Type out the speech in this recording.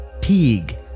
Teague